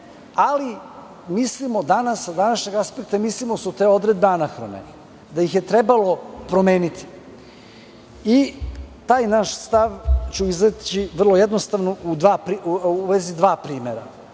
Ali, sa današnjeg aspekta, mislimo da su te odredbe anahrone i da ih je trebalo promeniti. Taj naš stav ću izneti vrlo jednostavno, na dva primera.